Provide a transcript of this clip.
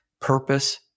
purpose